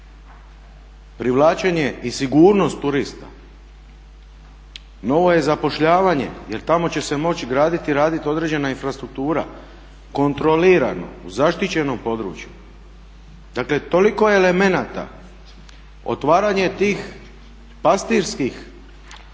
Privlačenje i sigurnost turista, novo je zapošljavanje jer tamo će se moći gradit i radit određena infrastruktura kontrolirano u zaštićenom području. Dakle toliko elemenata, otvaranje tih pastirskih